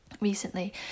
recently